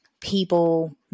people